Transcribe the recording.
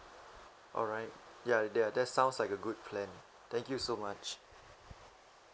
alright ya that ya that sounds like a good plan thank you so much